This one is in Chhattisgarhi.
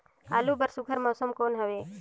आलू बर सुघ्घर मौसम कौन हवे?